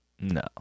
No